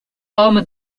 homme